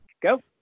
Go